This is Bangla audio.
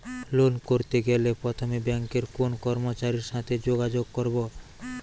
লোন করতে গেলে প্রথমে ব্যাঙ্কের কোন কর্মচারীর সাথে যোগাযোগ করব?